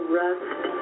rest